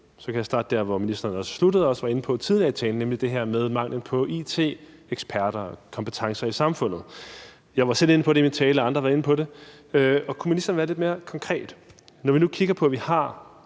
kan jeg starte der, hvor ministeren sluttede og også var inde på tidligere i talen, nemlig det her med manglen på it-eksperter og -kompetencer i samfundet. Jeg var selv inde på det i min tale, og andre har været inde på det. Kunne ministeren være lidt mere konkret? Når vi nu kigger på, at vi har